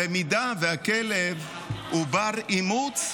במידה שהכלב הוא בר-אימוץ,